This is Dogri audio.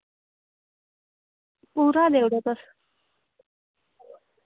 पूरा देउड़ो तुस